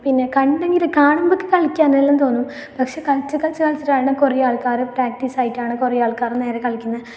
പിന്നെ കണ്ടേങ്കിൽ കാണുമ്പോഴൊക്കെ കളിക്കനെലാം തോന്നും പക്ഷെ കളിച്ച് കളിച്ച് കളിച്ചിട്ടാണ് കുറേ ആൾക്കാർ പ്രാക്ടീസ് ആയിട്ടാണ് കുറേ ആൾക്കാർ നേരെ കളിക്കുന്നത്